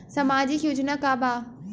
सामाजिक योजना का बा?